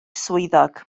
swyddog